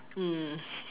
mm